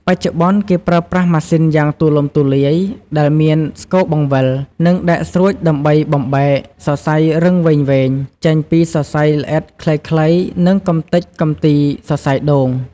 បច្ចុប្បន្ន គេប្រើប្រាស់ម៉ាស៊ីនយ៉ាងទូលំទូលាយ ដែលមានស្គរបង្វិល និងដែកស្រួចដើម្បីបំបែក សរសៃរឹងវែងៗ ចេញពីសរសៃល្អិតខ្លីៗ និងកម្ទេចកម្ទីសរសៃដូង។